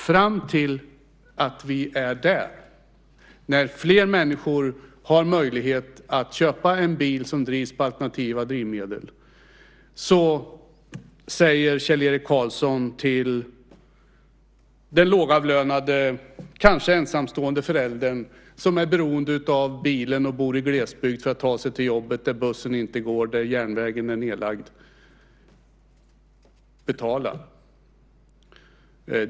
Fram till dess att vi är där, när fler människor har möjlighet att köpa en bil som drivs med alternativa drivmedel, säger dock Kjell-Erik Karlsson till den lågavlönade, kanske ensamstående föräldern som bor i glesbygd och är beroende av bilen för att ta sig till jobbet eftersom bussen inte går och järnvägen är nedlagd: Betala!